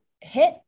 hit